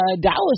Dallas